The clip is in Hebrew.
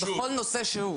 בכל נושא שהוא.